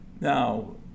Now